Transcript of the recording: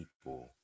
people